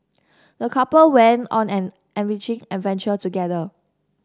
the couple went on an enriching adventure together